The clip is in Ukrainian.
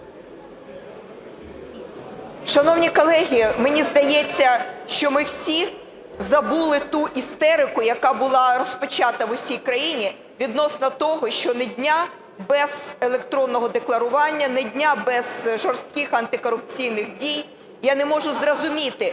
Шановні колеги, мені здається, що ми всі забули ту істерику, яка була розпочата у всій країні відносно того, що ні дня без електронного декларування, ні дня без жорстких антикорупційних дій. Я не можу зрозуміти,